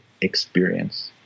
experience